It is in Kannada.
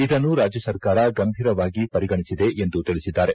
ಇದನ್ನು ರಾಜ್ಯ ಸರ್ಕಾರ ಗಂಭೀರವಾಗಿ ಪರಿಗಣಿಸಿದೆ ಎಂದು ತಿಳಿಸಿದ್ದಾರೆ